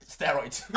Steroids